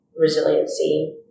resiliency